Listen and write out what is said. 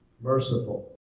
merciful